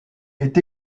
est